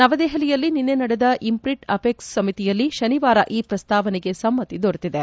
ನವದೆಹಲಿಯಲ್ಲಿ ನಿನ್ನೆ ನಡೆದ ಇಮ್ ಪ್ರಿಂಟ್ ಅಪೆಕ್ಸ್ ಸಮಿತಿಯಲ್ಲಿ ಶನಿವಾರ ಈ ಪ್ರಸ್ತಾವನೆಗೆ ಸಮ್ಮತಿ ದೊರೆತಿದೆ